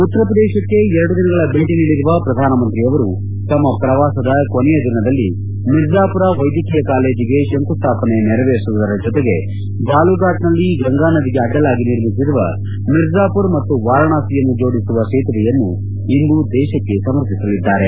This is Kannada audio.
ಉತ್ತರಪ್ರದೇಶಕ್ಕೆ ಎರಡು ದಿನಗಳ ಭೇಟಿ ನೀಡಿರುವ ಪ್ರಧಾನಮಂತ್ರಿಯವರು ಇಂದು ಕೊನೆಯ ದಿನದ ಪ್ರವಾಸದಲ್ಲಿ ಮಿರ್ಜಾಪುರ ವೈದ್ಯಕೀಯ ಕಾಲೇಜಿಗೆ ಶಂಕುಸ್ವಾಪನೆ ನೆರವೇರಿಸುವುದರ ಜತೆಗೆ ಬಾಲುಘಾಟ್ನಲ್ಲಿ ಗಂಗಾನದಿಗೆ ಅಡ್ಡಲಾಗಿ ನಿರ್ಮಿಸಿರುವ ಮಿರ್ಜಾಪುರ್ ಮತ್ತು ವಾರಾಣಸಿಯನ್ನು ಜೋಡಿಸುವ ಸೇತುವೆಯನ್ನು ದೇಶಕ್ಕೆ ಸಮರ್ಪಿಸಲಿದ್ದಾರೆ